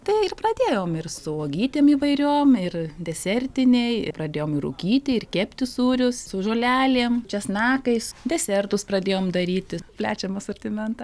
tai ir pradėjom ir su uogytėm įvairiom ir desertiniai i pradėjom rūkyti ir kepti sūrius su žolelėm česnakais desertus pradėjom daryti plečiam asortimentą pone artūrai